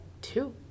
two